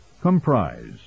comprise